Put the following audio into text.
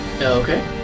Okay